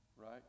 right